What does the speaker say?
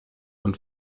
und